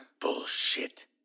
Bullshit